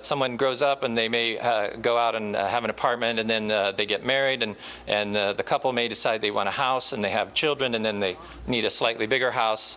someone grows up and they may go out and have an apartment and then they get married and and the couple may decide they want a house and they have children and then they need a slightly bigger house